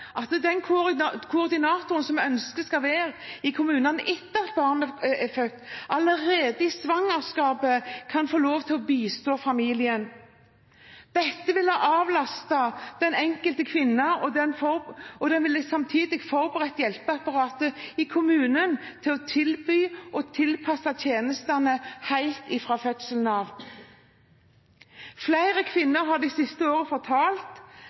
at den koordinatoren som vi ønsker skal være i kommunene etter at barnet er født, allerede i svangerskapet kan få lov til å bistå familien. Dette vil avlaste den enkelte kvinnen og samtidig forberede hjelpeapparatet i kommunen på å tilby og tilpasse tjenestene helt fra fødselen av. Flere kvinner har de siste årene fortalt